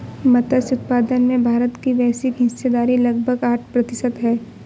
मत्स्य उत्पादन में भारत की वैश्विक हिस्सेदारी लगभग आठ प्रतिशत है